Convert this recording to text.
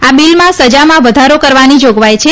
આ બીલમાં સજામાં વધારો કરવાની જાગવાઈ છે